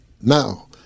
Now